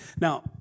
Now